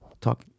talk